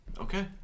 Okay